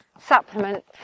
supplement